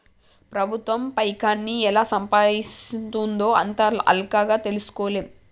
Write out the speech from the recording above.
ప్రభుత్వం పైకాన్ని ఎలా సంపాయిస్తుందో అంత అల్కగ తెల్సుకోలేం